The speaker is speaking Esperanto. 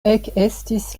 ekestis